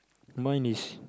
mine is